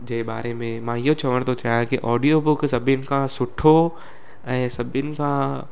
जे बारे में मां इहो चवण थो चाहियां की ऑडियो बुक सभिनि खां सुठो ऐं सभिनि खां